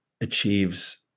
achieves